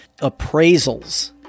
appraisals